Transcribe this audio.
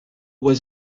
was